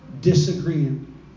disagreeing